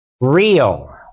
Real